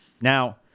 Now